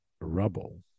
rubble